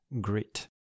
Grit